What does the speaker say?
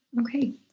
Okay